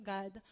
God